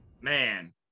Man